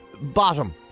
bottom